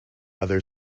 other